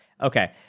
Okay